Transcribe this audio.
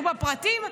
נחסוך בפרטים,